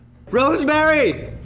rosemary.